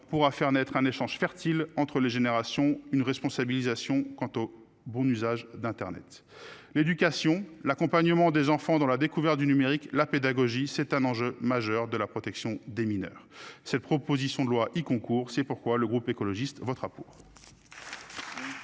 pourra faire naître un échange fertile entre les générations, une responsabilisation quant au bon usage d'Internet l'éducation, l'accompagnement des enfants dans la découverte du numérique. La pédagogie c'est un enjeu majeur de la protection des mineurs. Cette proposition de loi, il concourt. C'est pourquoi le groupe écologiste votera pour.